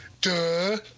Duh